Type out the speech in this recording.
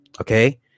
okay